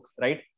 Right